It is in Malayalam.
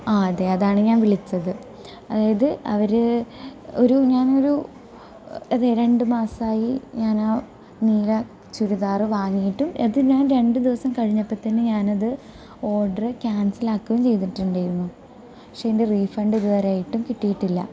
ആ അതെ അതാണ് ഞാൻ വിളിച്ചത് ഇത് അവരെ ഒരു ഞാനൊരു അതെ രണ്ടുമാസമായി ഞാന് നീല ചുരിദാറ് വാങ്ങിയിട്ടും ഇത് ഞാൻ രണ്ടു ദിവസം കഴിഞ്ഞപ്പോൾ തന്നെ ഞാനത് ഓർഡറ് ക്യാൻസൽ ആക്കുകയും ചെയ്തിട്ടുണ്ടായിരുന്നു പക്ഷെ അതിൻ്റെ റീഫണ്ട് ഇതുവരെയായിട്ടും കിട്ടിയിട്ടില്ല